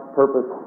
purpose